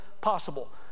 possible